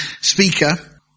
speaker